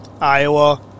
iowa